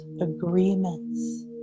agreements